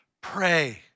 Pray